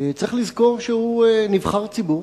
צריך לזכור שהוא נבחר ציבור,